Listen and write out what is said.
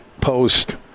post